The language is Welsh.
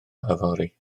yfory